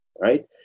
right